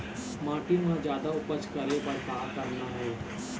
माटी म जादा उपज करे बर का करना ये?